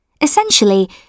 Essentially